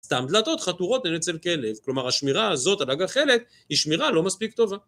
סתם דלתות חתורות הן אצל כלב, כלומר השמירה הזאת על הגחלת היא שמירה לא מספיק טובה.